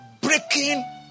breaking